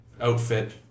outfit